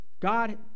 God